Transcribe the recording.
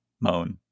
moan